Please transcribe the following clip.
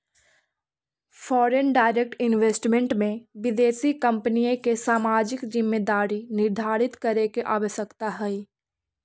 foreign direct investment में विदेशी कंपनिय के सामाजिक जिम्मेदारी निर्धारित करे के आवश्यकता हई